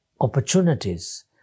opportunities